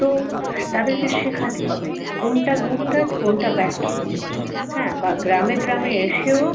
তো তাদেরকে শেখাতে হবে যে কোনটা গুড টাচ কোনটা ব্যাড টাচ হ্যাঁ বা গ্রামে গ্রামে এসেও